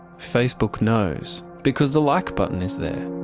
facebook knows because the like button is there,